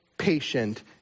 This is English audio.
patient